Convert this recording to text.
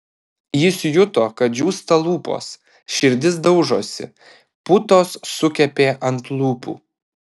jis juto kad džiūsta lūpos širdis daužosi putos sukepė ant lūpų